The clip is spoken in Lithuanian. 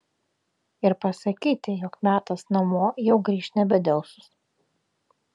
ir pasakyti jog metas namo jau grįžt nebedelsus